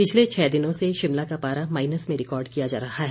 पिछले छह दिनों से शिमला का पारा माइनस में रिकार्ड किया जा रहा है